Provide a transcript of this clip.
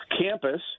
Campus